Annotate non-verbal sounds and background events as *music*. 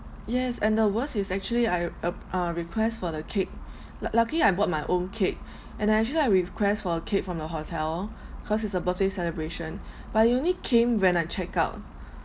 yes and the worst is actually I uh uh request for the cake luc~ luckily I bought my own cake *breath* and I actually I request for a cake from your hotel cause it's a birthday celebration but it only came when I check out